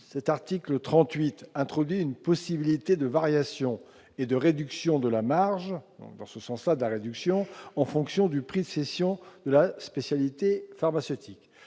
cet article 38 introduit une possibilité de variations et de réduction de la marge dans ce sens Saadat réduction en fonction du prix de cession de la spécialité pharmaceutique